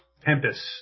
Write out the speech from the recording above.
Tempest